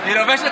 אני מבקש,